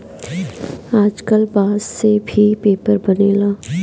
आजकल बांस से भी पेपर बनेला